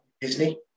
Disney